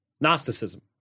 Gnosticism